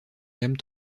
gamme